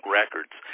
records